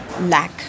lack